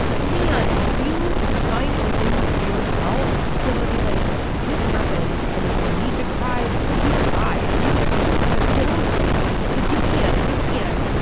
man, if you can find it within yourself to be able to be like this happened, and if you need to cry, you cry if you like. but don't if you can't. if you can